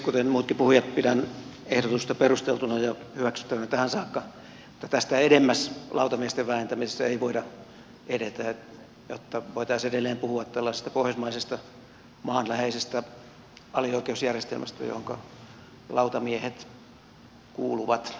kuten muutkin puhujat pidän ehdotusta perusteltuna ja hyväksyttävänä tähän saakka mutta tästä edemmäs lautamiesasian vääntämisessä ei voida edetä jotta voitaisiin edelleen puhua tällaisesta pohjoismaisesta maanläheisestä alioikeusjärjestelmästä johonka lautamiehet kuuluvat luontojaan